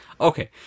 Okay